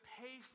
pay